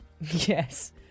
yes